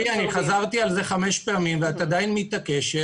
חזרתי על זה חמש פעמים ואת עדיין מתעקשת,